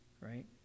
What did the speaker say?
right